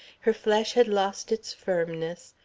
her flesh had lost its firmness,